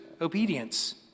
obedience